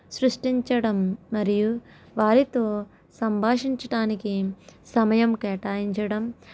సృష్టించడం మరియు వారితో సంభాషించటానికి సమయం కేటాయించడం